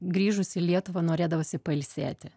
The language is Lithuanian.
grįžus į lietuvą norėdavosi pailsėti